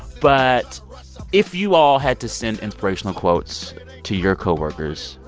but if you all had to send inspirational quotes to your co-workers,